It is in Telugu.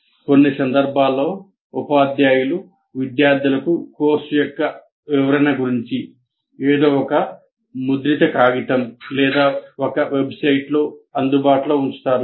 కొన్ని సందర్భాల్లో ఉపాధ్యాయులు విద్యార్థులకు కోర్సు యొక్క వివరణ గురించి ఏదో ఒక ముద్రిత కాగితం లేదా ఒక వెబ్సైట్లో అందుబాటులో ఉంచుతారు